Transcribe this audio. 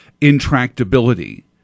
intractability